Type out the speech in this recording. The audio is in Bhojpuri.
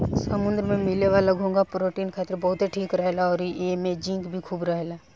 समुंद्र में मिले वाला घोंघा प्रोटीन खातिर बहुते ठीक रहेला अउरी एइमे जिंक भी खूब रहेला